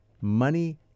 Money